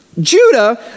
Judah